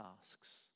tasks